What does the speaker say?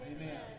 Amen